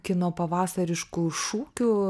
kino pavasarišku šūkiu